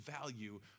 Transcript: value